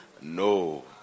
No